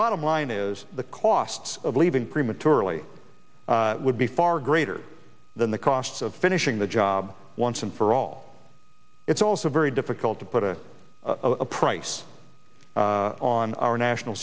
bottom line is the costs of leaving prematurely would be far greater than the costs of finishing the job once and for all it's also very difficult to put a price on our national